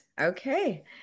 Okay